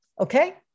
okay